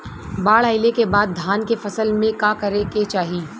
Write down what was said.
बाढ़ आइले के बाद धान के फसल में का करे के चाही?